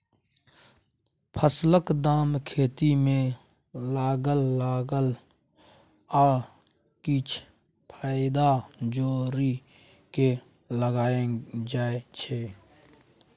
फसलक दाम खेती मे लागल लागत आ किछ फाएदा जोरि केँ लगाएल जाइ छै